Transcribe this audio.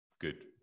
good